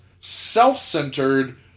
self-centered